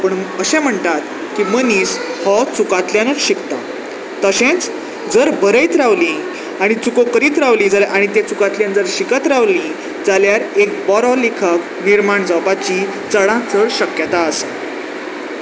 पूण अशें म्हणटात की मनीस हो चुकांतल्यानूच शिकता तशेंच जर बरयत रावलीं आनी चुको करीत रावली जाल्यार आनी ते चुकांतल्यान जर शिकत रावलीं जाल्यार एक बरो लेखक निर्माण जावपाची चडांत चड शक्यताय आसा